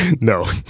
No